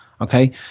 Okay